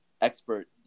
expert